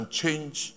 change